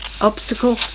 obstacle